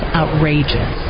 outrageous